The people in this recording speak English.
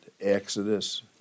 Exodus